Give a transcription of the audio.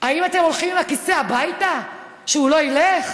האם אתם הולכים עם הכיסא הביתה, שהוא לא ילך?